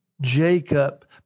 Jacob